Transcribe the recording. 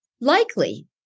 Likely